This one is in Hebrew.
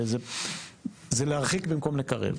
זה להרחיק במקום לקרב.